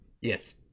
Yes